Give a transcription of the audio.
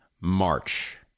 March